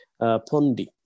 Pondi